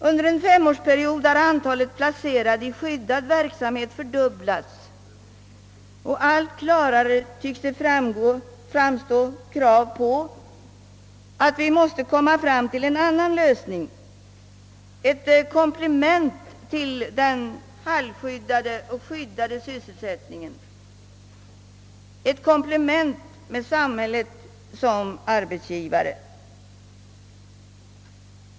Under en femårsperiod har antalet placerade i skyddad verksamhet fördubblats. Allt klarare tycks det framstå krav på att vi måste komma fram till en annan lösning — ett komplement till den halvskyddade och skyddade sysselsättningen. Med samhället som arbetsgivare.